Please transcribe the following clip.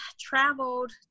traveled